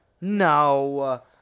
No